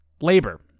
labor